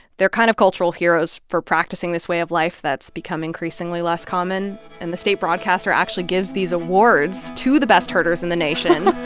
they're kind of cultural heroes for practicing this way of life that's become increasingly less common. and the state broadcaster actually gives these awards to the best herders in the nation